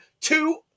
two